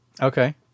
Okay